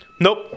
nope